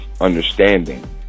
understanding